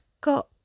got